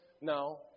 No